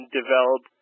develop